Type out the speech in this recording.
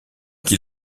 qui